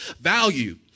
value